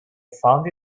found